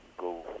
go